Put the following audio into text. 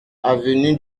avenue